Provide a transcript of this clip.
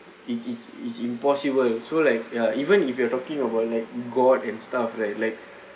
it is it is impossible so like ya even if you are talking about like god and stuff right like